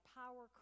power